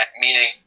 meaning